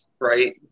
right